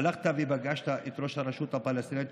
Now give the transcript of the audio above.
הלכת ופגשת את ראש הרשות הפלסטינית,